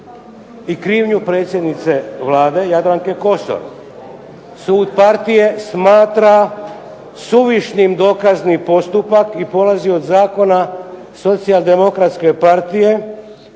i krivnju predsjednice Vlade Jadranke Kosor. Sud partije smatra suvišnim dokazni postupak i polazi od zakona Socijaldemokratske partije